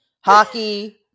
Hockey